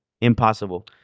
Impossible